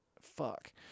fuck